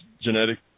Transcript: genetic